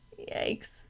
yikes